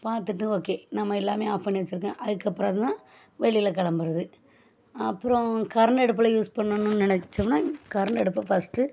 பார்த்துட்டு ஓகே நம்ம எல்லாம் ஆஃப் பண்ணி வச்சுருக்கேன் அதுக்கப்புறந்தான் வெளியில் கிளம்புறது அப்பறம் கரண்டு அடுப்பில் யூஸ் பண்ணணும்னு நினைச்சோம்னா கரண்டு அடுப்பை ஃபஸ்ட்டு